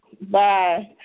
Bye